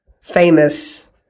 famous